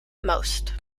most